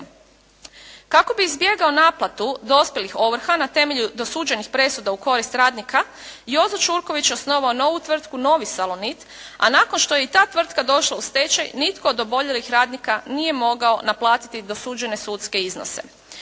Kako bi izbjegao naplatu dospjelih ovrha na temelju dosuđenih presuda u korist radnika Jozo Ćurković osnovao je novu tvrtku, novi "Salonit", a nakon što je i ta tvrtka došla u stečaj nitko od oboljelih radnika nije mogao naplatiti dosuđene sudske iznose.